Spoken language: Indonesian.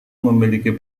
memiliki